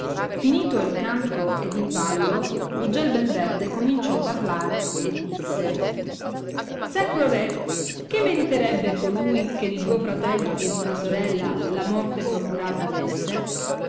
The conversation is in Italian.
finito il canto ed il ballo l ugge bel verde cominciò parlare e disse sacro re che meriterebbe colui che di duo fratelli ed una sorella la morte procurata avesse